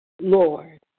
Lord